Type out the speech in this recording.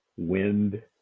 Wind